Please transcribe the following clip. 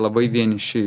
labai vieniši